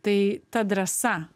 tai ta drąsa